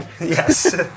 yes